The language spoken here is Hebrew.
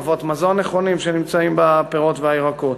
אבות מזון נכונים שנמצאים בפירות ובירקות.